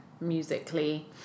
musically